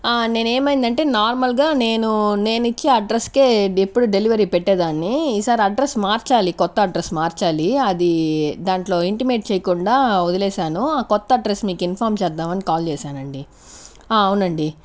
నేను ఏమైంది అంటే నార్మల్ గా నేను నేను ఇచ్చే అడ్రస్ కె ఎప్పుడు డెలివరీ పెట్టేదాన్ని ఈసారి అడ్రస్ మార్చాలి కొత్త అడ్రస్ మార్చాలి అది దాంట్లో ఇంటిమేట్ చేయకుండా వదిలేసాను ఆ కొత్త అడ్రస్ మీకు ఇన్ఫార్మ్ చేద్దామని కాల్ చేశాను అండి అవునండి